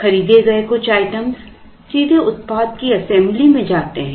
खरीदे गए कुछ आइटम सीधे उत्पाद की असेम्ब्ली में जाते हैं